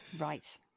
Right